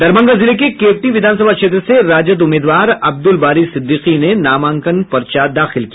दरभंगा जिले के केवटी विधानसभा क्षेत्र से राजद उम्मीदवार अब्दुल बारी सिद्दकी ने नामांकन पर्चा दाखिल किया